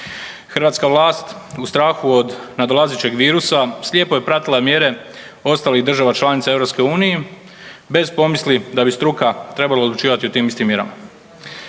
Hrvatska vlast u strahu od nadolazećeg virusa slijepo je pratila mjere ostalih država članica Europske unije bez pomisli da bi struka trebala odlučivati o tim istim mjerama.